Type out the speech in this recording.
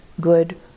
good